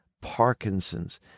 Parkinson's